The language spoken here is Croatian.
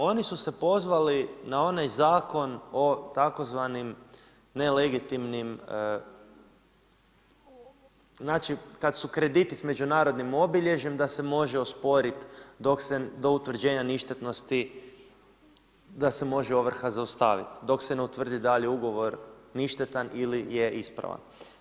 Oni su se pozvali na onaj zakon o tzv. nelegitimnim, znači kada su krediti s međunarodnim obilježjima da se može osporiti, dok se do utvrđenja ništetnosti, da se može ovrha zaustaviti, dok se ne utvrdi dalje ugovor ništetan ili je ispravan.